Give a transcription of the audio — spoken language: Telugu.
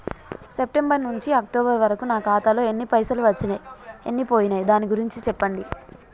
సెప్టెంబర్ నుంచి అక్టోబర్ వరకు నా ఖాతాలో ఎన్ని పైసలు వచ్చినయ్ ఎన్ని పోయినయ్ దాని గురించి చెప్పండి?